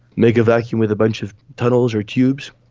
make a vacuum with a bunch of tunnels or tubes,